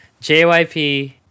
JYP